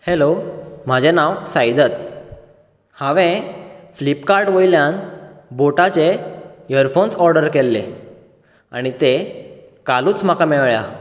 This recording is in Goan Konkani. हॅलो म्हजें नांव साइदत्त हांवें फ्लिपकार्ट वयल्यान बोटाचे यरफोन्स ऑर्डर केल्ले आनी ते कालूच म्हाका मेळ्ळ्या